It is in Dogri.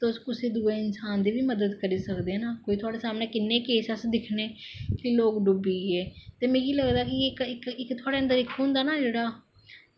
तुस कुसै दुऐ इंसान दी बी मदद करी सकदे न कोई किन्ने तुआढ़ै सामनै अस केस दिक्खने केंई लोग डुब्बिये ते मिगी लगदा इक तुआढ़ै अन्दर इक होंदा ना जेह्ड़ा